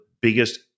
biggest